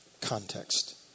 context